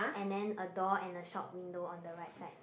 and then a door and a shop window on the right side